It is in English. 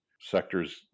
sectors